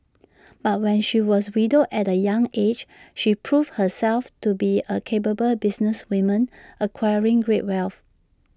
but when she was widowed at A young aged she proved herself to be A capable businesswoman acquiring great wealth